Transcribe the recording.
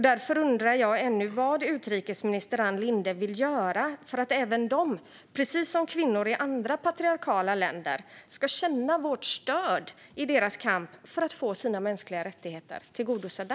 Därför undrar jag vad utrikesminister Ann Linde vill göra för att även de, precis som kvinnor i andra patriarkala länder, ska känna vårt stöd i sin kamp för att få sina mänskliga rättigheter tillgodosedda.